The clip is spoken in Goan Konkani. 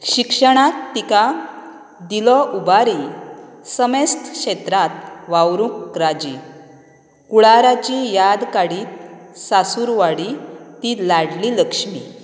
शिक्षणांत तिका दिलो उबारी समेस्त क्षेत्रात वावरूंक राजी कुळाराची याद काडी सासूर वाडी ती लाडली लक्ष्मी